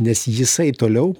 nes jisai toliau